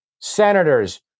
senators